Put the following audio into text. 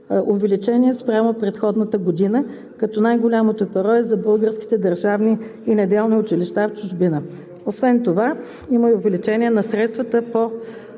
увеличен спрямо предходната година, като най-голямото перо е за българските държавни и неделни училища в чужбина. Освен това има и увеличение на средствата по